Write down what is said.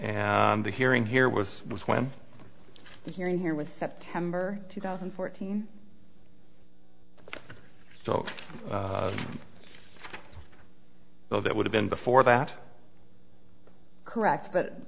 and the hearing here was was when the hearing here was september two thousand and fourteen so so that would have been before that correct but